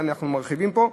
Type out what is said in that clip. ואנחנו מרחיבים פה,